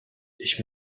ich